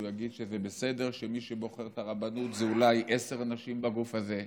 הוא יגיד שזה בסדר שמי שבוחר את הרבנות זה אולי עשרה אנשים בגוף הזה?